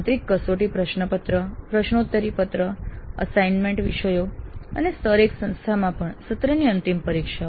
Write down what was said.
આંતરિક કસોટી પ્રશ્નપત્ર પ્રશ્નોત્તરી પત્ર અસાઇનમેન્ટ વિષયો અને સ્તર ૧ સંસ્થમાં પણ સત્રની અંતિમ પરીક્ષાઓ